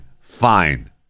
fine